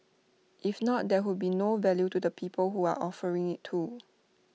if not there would be no value to the people who are offering IT to